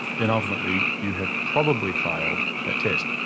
then ultimately you have probably failed that test.